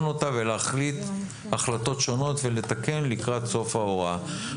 אותה ולהחליט החלטות שונות ולתקן לקראת סוף ההוראה.